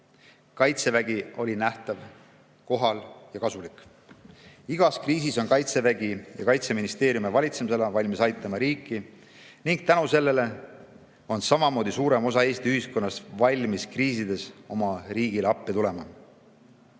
Kaitsevägi oli nähtav, kohal ja kasulik. Igas kriisis on Kaitsevägi ja Kaitseministeeriumi valitsemisala valmis aitama riiki ning tänu sellele on samamoodi suurem osa Eesti ühiskonnast valmis kriisides oma riigile appi tulema.